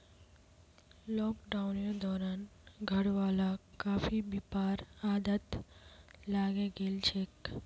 लॉकडाउनेर दौरान घरवालाक कॉफी पीबार आदत लागे गेल छेक